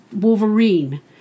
Wolverine